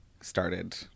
started